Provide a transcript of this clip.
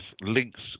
links